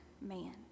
man